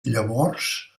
llavors